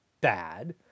bad